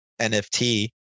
NFT